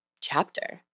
chapter